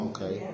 Okay